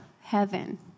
heaven